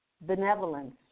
benevolence